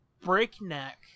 breakneck